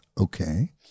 Okay